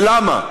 ולמה?